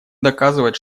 доказывать